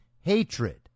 hatred